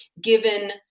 given